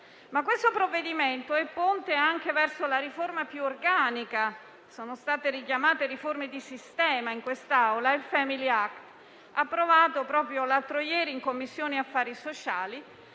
in esame, però, è ponte anche verso la riforma più organica. Sono state richiamate riforme di sistema in quest'Aula, come il *family act*, approvato proprio l'altro ieri in Commissione affari sociali,